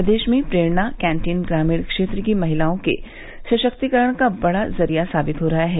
प्रदेश में प्रेरणा कैंदीन ग्रामीण क्षेत्र की महिलाओं के सशक्तीकरण का बड़ा जरिया साबित हो रही हैं